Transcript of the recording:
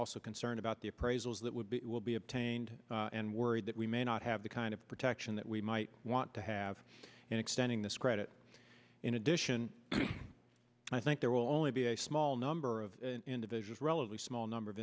also concerned about the appraisals that would be will be obtained and worried that we may not have the kind of protection that we might want to have in extending this credit in addition i think there will only be a small number of individuals relatively small number of